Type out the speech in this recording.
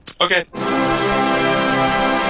Okay